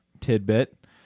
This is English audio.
tidbit